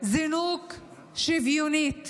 זינוק שוויונית